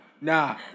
Nah